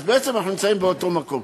אז בעצם אנחנו נמצאים באותו מקום.